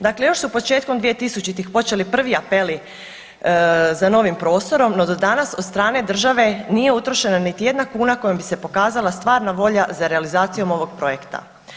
Dakle, još su početkom 2000. počeli prvi apeli za novim prostorom, no, do danas, od strane države nije utrošeno niti jedna kuna kojom bi se pokazala stvarna volja za realizacijom ovog projekta.